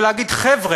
ולהגיד: חבר'ה,